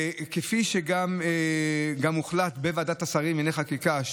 כפי שגם הוחלט בוועדת השרים לענייני חקיקה,